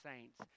saints